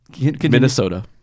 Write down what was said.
minnesota